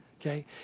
okay